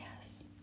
yes